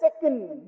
second